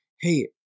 hey